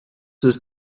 ist